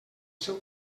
seu